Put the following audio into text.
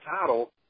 title